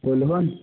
बोलहो ने